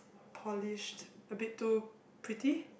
polish a bit too pretty